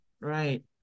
right